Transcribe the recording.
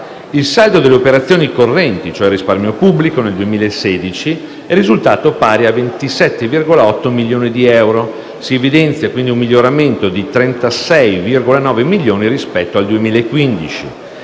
Il saldo delle operazioni correnti (risparmio pubblico) nel 2016 è risultato pari a 27,8 milioni di euro. Si evidenzia un miglioramento di 36,9 milioni rispetto al 2015,